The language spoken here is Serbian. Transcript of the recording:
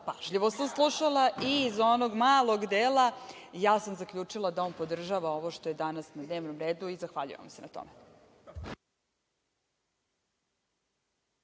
pažljivo sam slušala i iz onog malog dela zaključila sam da on podržava ovo što je danas na dnevnom redu i zahvaljujem mu se ne tome.